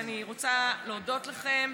ואני רוצה להודות לכם: